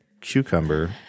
Cucumber